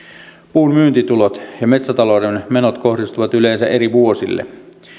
puun myyntitulot ja metsätalouden menot kohdistuvat yleensä eri vuosille